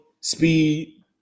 speed